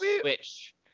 Switch